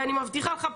ואני מבטיחה לך,